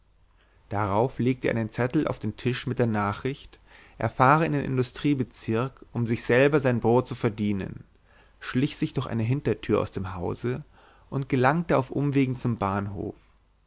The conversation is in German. darauf legte er einen zettel auf den tisch mit der nachricht er fahre in den industriebezirk um sich selber sein brot zu verdienen schlich sich durch eine hintertür aus dem hause und gelangte auf umwegen zum bahnhof